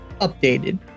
updated